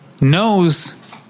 knows